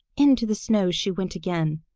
into the snow she went again.